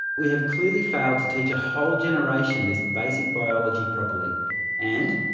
we have clearly failed to teach a whole generation this basic biology properly and,